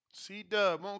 C-Dub